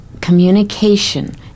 communication